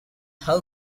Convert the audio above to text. how